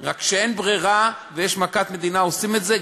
רק כשאין ברירה ויש מכת מדינה עושים את זה.